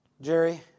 Jerry